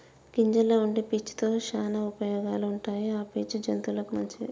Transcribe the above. గింజల్లో వుండే పీచు తో శానా ఉపయోగాలు ఉంటాయి ఆ పీచు జంతువులకు మంచిది